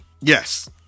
Yes